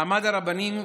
מעמד הרבנים,